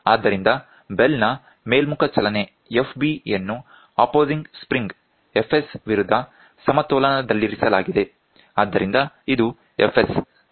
ಆದ್ದರಿಂದ ಬೆಲ್ ನ ಮೇಲ್ಮುಖ ಚಲನೆ Fb ಯನ್ನು ಅಪೋಸಿಂಗ್ ಸ್ಪ್ರಿಂಗ್ Fs ವಿರುದ್ಧ ಸಮತೋಲನದಲ್ಲಿರಿಸಲಾಗಿದೆ ಆದ್ದರಿಂದ ಇದು Fs ಮತ್ತು ಇದು Fb ಆಗಿದೆ